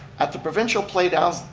at the provincial playoffs,